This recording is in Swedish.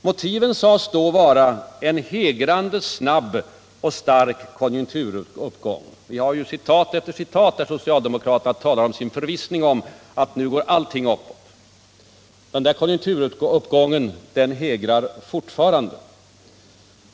Motivet sades vara en hägrande snabb och stark konjunkturuppgång. Vi har citat efter citat där socialdemokraterna framför sin förvissning att nu går allting uppåt. Den konjunkturuppgången hägrar fortfarande.